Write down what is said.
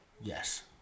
Yes